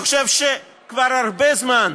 אני חושב שכבר הרבה זמן